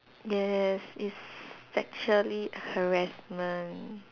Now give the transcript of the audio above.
yes it's sexually harassment